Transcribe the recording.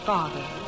Father